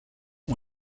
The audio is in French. ont